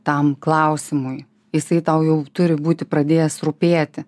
tam klausimui jisai tau jau turi būti pradėjęs rūpėti